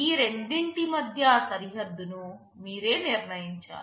ఈ రెండింటి మధ్య సరిహద్దును మీరే నిర్ణయించాలి